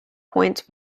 points